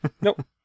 Nope